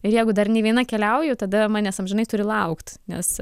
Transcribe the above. ir jeigu dar ne viena keliauju tada manęs amžinai turi laukt nes